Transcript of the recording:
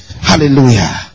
hallelujah